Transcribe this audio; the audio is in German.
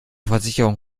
versicherung